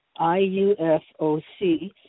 IUFOC